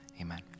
amen